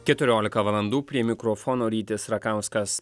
keturiolika valandų prie mikrofono rytis rakauskas